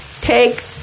take